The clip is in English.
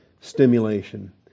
stimulation